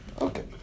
Okay